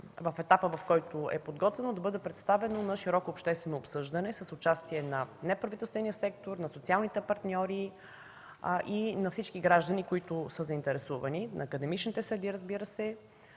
в етапа, в който е подготвено, да бъде представено на широко обществено обсъждане с участие на неправителствения сектор, на социалните партньори и на всички граждани, които са заинтересувани, на академичните среди, разбира се,